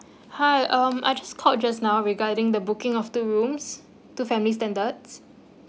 hi um I just called just now regarding the booking of the rooms two family standards